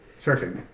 surfing